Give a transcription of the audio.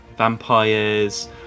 vampires